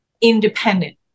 independent